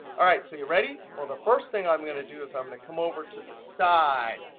all right, so you ready? well, the first thing i'm going to do is i'm going to come over to the side.